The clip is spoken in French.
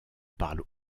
parle